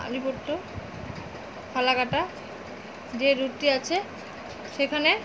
Alipur to Falakata যে রুটটি আছে সেখানে